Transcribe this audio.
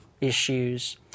issues